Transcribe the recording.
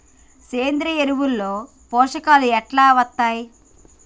సేంద్రీయ ఎరువుల లో పోషకాలు ఎట్లా వత్తయ్?